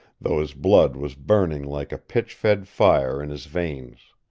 though his blood was burning like a pitch-fed fire in his veins.